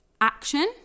action